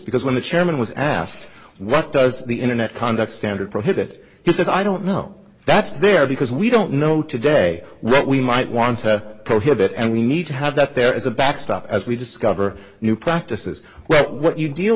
because when the chairman was asked what does the internet conduct standard prohibit he says i don't know that's there because we don't know today what we might want to prohibit and we need to have that there is a backstop as we discover new practices well what you deal